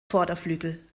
vorderflügel